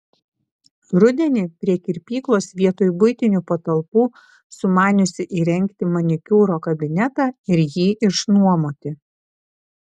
rudenį prie kirpyklos vietoj buitinių patalpų sumaniusi įrengti manikiūro kabinetą ir jį išnuomoti